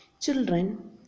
Children